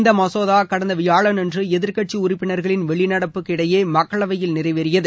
இந்த மசோதா கடந்த வியாழன் அன்று எதிர்கட்சி உறுப்பினர்களின் வெளிநடப்புக்கு இடையே மக்களவையில் நிறைவேறியது